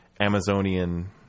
amazonian